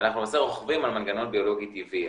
אנחנו למעשה רוכבים על מנגנון ביולוגי טבעי,